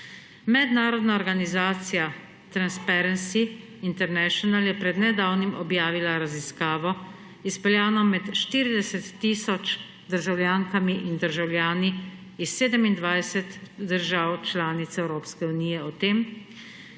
Mednarodna organizacija Transparency International je pred nedavnim objavila raziskavo, izpeljano med 40 tisoč državljankami in državljani iz 27 držav članic Evropske unije o tem,